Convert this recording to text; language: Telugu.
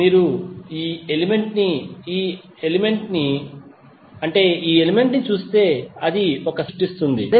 మీరు ఈ ఎలిమెంట్ ని ఈ ఎలిమెంట్ ని మరియు ఈ ఎలిమెంట్ ని చూస్తే అది ఒక సబ్ నెట్వర్క్ ను సృష్టిస్తుంది